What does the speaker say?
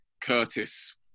Curtis